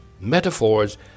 metaphors